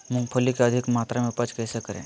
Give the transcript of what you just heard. मूंगफली के अधिक मात्रा मे उपज कैसे करें?